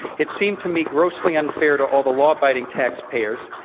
it seemed to me grossly unfair to all the law-abiding taxpayers,